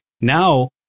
now